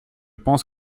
pense